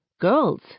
Girls